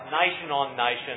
nation-on-nation